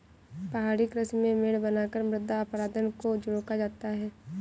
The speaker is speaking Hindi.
पहाड़ी कृषि में मेड़ बनाकर मृदा अपरदन को रोका जाता है